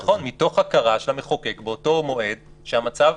נכון, מתוך הכרה של המחוקק באותו מועד, שהמצב